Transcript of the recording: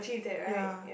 ya